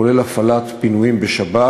כולל הפעלת פינויים בשבת,